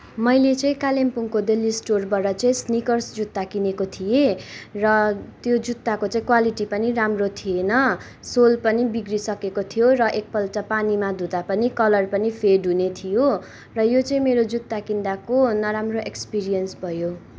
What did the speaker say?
मैले चाहिँ कालिम्पोङको दिल्ली स्टोरबाट चाहिँ स्निकर्स जुत्ता किनेको थिएँ र त्यो जुत्ताको चाहिँ क्वालिटी पनि राम्रो थिएन सोल पनि बिग्रिसकेको थियो र एकपल्ट पानीमा धुँदा पनि कलर पनि फेड हुनेथियो र यो चाहिँ मेरो जुत्ता किन्दाको नराम्रो एपिरियन्स भयो